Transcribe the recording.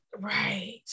right